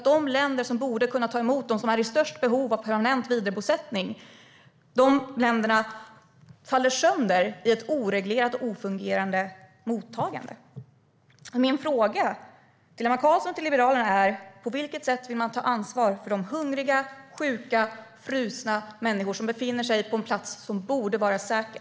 De länder som borde kunna ta emot dem som är i störst behov av permanent vidarebosättning faller sönder i ett oreglerat och icke fungerande mottagande. Min fråga till Emma Carlsson Löfdahl och Liberalerna är: På vilket sätt vill ni ta ansvar för de hungriga, sjuka och frusna människor som befinner sig på en plats som borde vara säker?